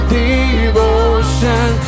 devotion